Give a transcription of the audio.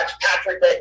Patrick